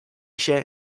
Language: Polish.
się